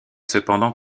cependant